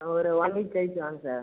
ஒரு one week கழித்து வாங்க சார்